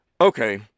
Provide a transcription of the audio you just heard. Okay